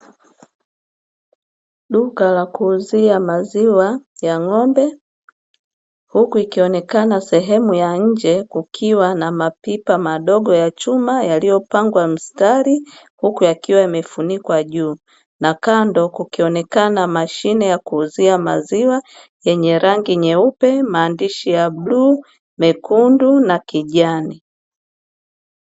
Duka la kuuzia maziwa ya ng'ombe, huku ikionekana sehemu ya nje kukiwa na mapipa madogo ya chuma yaliyopangwa mstari, huku yakiwa yamefunikwa juu. Na kando kukionekana mashine ya kuuzia maziwa yenye rangi nyeupe; maandishi ya bluu, mekundu na kijani.